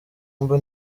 mba